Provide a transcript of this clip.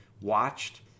watched